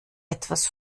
etwas